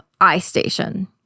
iStation